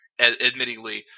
Admittingly